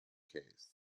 case